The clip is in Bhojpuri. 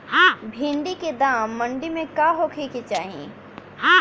भिन्डी के दाम मंडी मे का होखे के चाही?